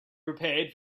prepared